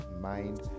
mind